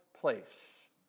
place